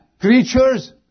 creatures